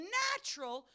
natural